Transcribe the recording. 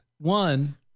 One